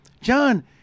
John